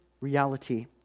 reality